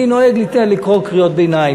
אני נוהג לקרוא קריאות ביניים,